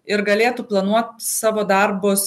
ir galėtų planuot savo darbus